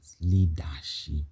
leadership